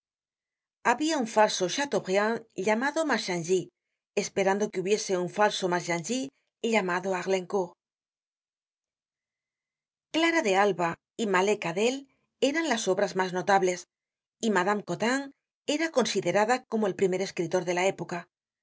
habia un falso chateaubriand llamado marchangy esperando que hubiese un falso marchangy llamado arlincourt clara de alba y malek adel eran las obras mas notables y madama cottin era considerada como el primer escritor de la época